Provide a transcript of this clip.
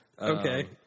Okay